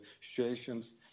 situations